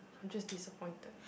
I'm just disappointed